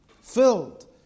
filled